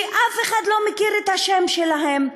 שאף אחד לא מכיר את השם שלהן,